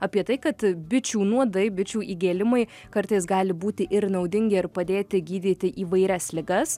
apie tai kad bičių nuodai bičių įgėlimai kartais gali būti ir naudingi ir padėti gydyti įvairias ligas